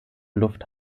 luft